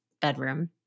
bedroom